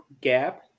gap